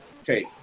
Okay